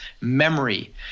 memory